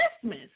Christmas